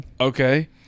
Okay